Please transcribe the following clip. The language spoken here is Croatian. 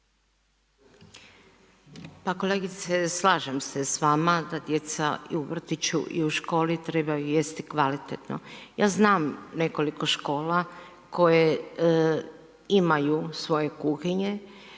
Pa kolegice slažem se s vama da djeca i u vrtiću i u školi trebaju jesti kvalitetno. Ja znam nekoliko škola koje imaju svoje kuhinje,